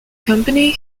company